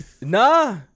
Nah